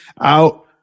out